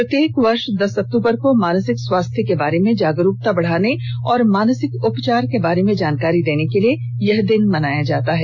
प्रत्येक वर्ष दस अक्तूबर को मानसिक स्वास्थ्य के बारे में जागरूकता बढ़ाने और मानसिक उपचार के बारे में जानकारी देने के लिए यह दिन मनाया जाता है